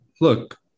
look